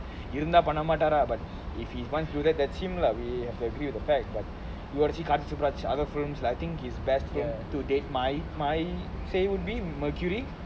இருந்தா பண்ண மாட்டாரா:irunthaa panna maataaraa but if he's one future that's him lah we have to agree with the fact that you wanna see karthik suburaj other films that I think is best film to date my my say would be mercury